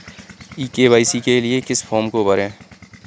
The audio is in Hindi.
ई के.वाई.सी के लिए किस फ्रॉम को भरें?